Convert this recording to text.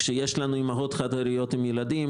כשיש לנו אימהות חד הוריות עם ילדים,